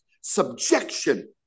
subjection